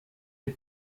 des